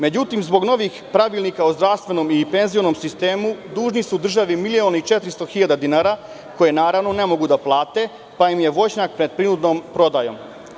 Međutim, zbog novih pravilnika o zdravstvenom i penzionom sistemu dužni su državi 1.400.000 dinara, koje ne mogu da plate, pa im je voćnjak pred prinudnom prodajom.